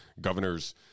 governor's